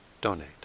donate